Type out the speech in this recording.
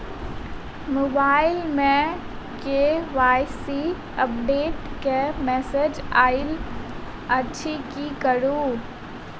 Mobile मे KYC update केँ message आइल अछि की करू?